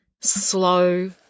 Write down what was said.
slow